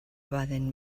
baden